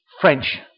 French